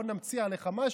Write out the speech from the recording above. בוא נמציא עליך משהו,